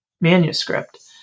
manuscript